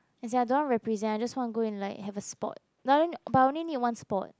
as in I don't want represent I just want go and like have a sport but I only but I only need one sport